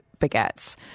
baguettes